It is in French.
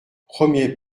premier